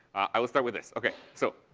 i will start with this. okay. so